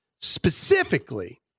specifically